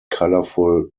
colorful